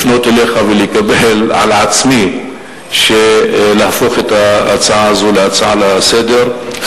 לפנות אליך ולקבל על עצמי להפוך את ההצעה הזו להצעה לסדר-היום.